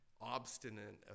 obstinate